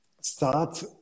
start